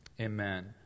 Amen